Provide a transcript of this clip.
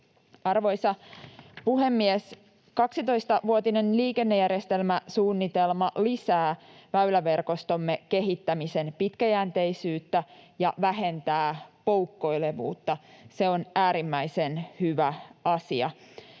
Arvoisa puhemies! 12-vuotinen liikennejärjestelmäsuunnitelma lisää väyläverkostomme kehittämisen pitkäjänteisyyttä ja vähentää poukkoilevuutta. Se on äärimmäisen hyvä asia.